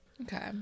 Okay